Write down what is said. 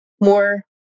more